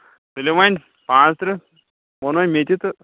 تُلِو وۄنۍ پانٛژھ تٔرٛہ ووٚن وۄنۍ مےٚ تہِ تہٕ